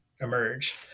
emerge